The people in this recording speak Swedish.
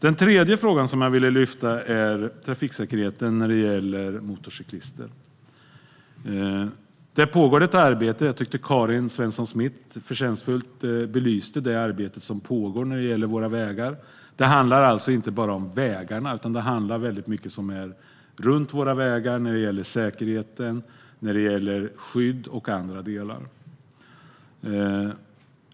Den tredje frågan som jag vill lyfta upp är trafiksäkerheten för motorcyklister. Det pågår ett arbete med det. Karin Svensson Smith belyste på ett förtjänstfullt sätt det arbete som pågår när det gäller våra vägar. Det handlar alltså inte bara om vägarna utan också om mycket runt våra vägar när det gäller säkerhet, skydd och andra delar.